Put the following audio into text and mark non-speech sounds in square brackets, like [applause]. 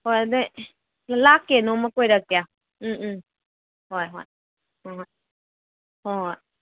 ꯍꯣꯏ [unintelligible] ꯂꯥꯛꯀꯦ ꯅꯣꯡꯃ ꯀꯣꯏꯔꯛꯀꯦ ꯎꯝ ꯎꯝ ꯍꯣꯏ ꯍꯣꯏ ꯍꯣꯏ ꯍꯣꯏ ꯍꯣꯏ ꯍꯣꯏ